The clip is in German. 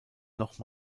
noch